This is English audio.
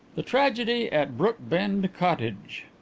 the tragedy at brookbend cottage